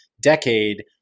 decade